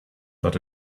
that